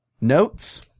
notes